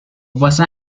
واسه